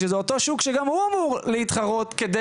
שזה אותו השוק שגם הוא אמור להתחרות כדי